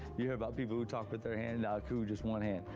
you hear about people who talk with their hand. no, ku, just one hand.